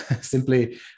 Simply